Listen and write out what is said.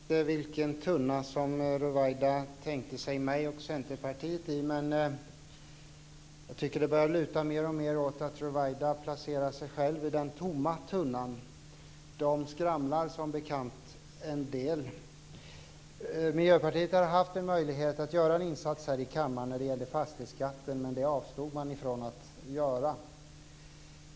Fru talman! Jag vet inte i vilken tunna Ruwaida tänkte sig mig och Centerpartiet. Men jag tycker att det börjar luta mer och mer åt att Ruwaida placerar sig själv i den tomma tunnan - sådana skramlar som bekant en del. Miljöpartiet har haft en möjlighet att göra en insats här i kammaren när det gäller fastighetsskatten, men avstod från att göra det.